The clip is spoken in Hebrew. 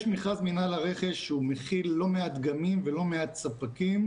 יש מכרז מינהל הרכש שהוא מכיל לא מעט דגמים ולא מעט ספקים,